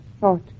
thought